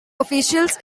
officials